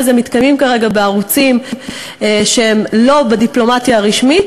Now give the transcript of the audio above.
מתקיימים כרגע בערוצים שהם לא בדיפלומטיה הרשמית,